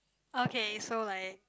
okay so like